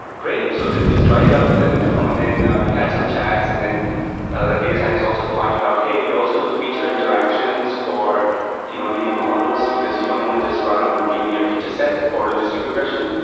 great! so then just try it out and let me know. and then we had some chats and then that data scientist also pointed out, hey, we also do feature interactions for you know linear models, because you don't want to just run out a and linear feature set for logistic regression.